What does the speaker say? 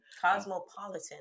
Cosmopolitan